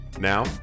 Now